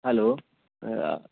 hello